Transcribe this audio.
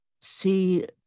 see